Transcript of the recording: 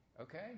Okay